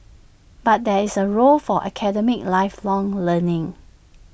but there is A role for academic lifelong learning